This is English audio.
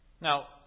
Now